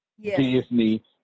Disney